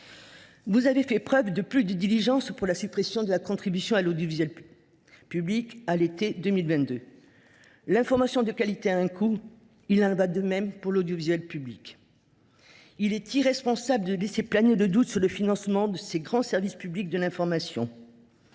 Vous avez fait preuve de plus de diligence pour la suppression de la contribution à l’audiovisuel public, à l’été 2022. L’information de qualité a un coût. Il en va de même pour l’audiovisuel public. Il est irresponsable de laisser planer le doute sur le financement de ces grands services publics de l’information.